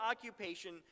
occupation